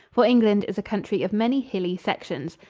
for england is a country of many hilly sections.